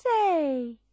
say